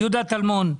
יהודה טלמון.